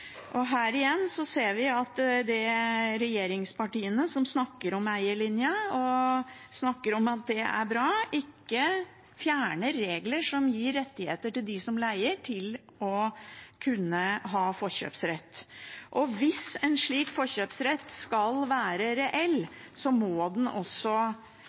Og her ser vi igjen at regjeringspartiene snakker om eierlinja og om at det er bra, men ikke fjerner regler som gir rettigheter til dem som leier, til å kunne ha forkjøpsrett. Hvis en slik forkjøpsrett skal være reell, må den også